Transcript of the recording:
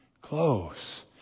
close